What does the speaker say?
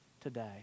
today